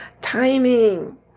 timing